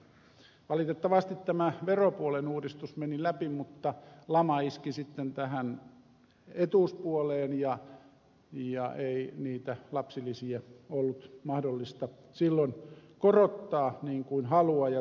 valitettavasti tämä veropuolen uudistus meni läpi mutta lama iski sitten tähän etuuspuoleen ja niitä lapsilisiä ei ollut mahdollista silloin korottaa niin kuin halu ja tarkoitus oli